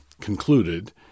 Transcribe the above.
concluded